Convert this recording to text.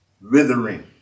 Withering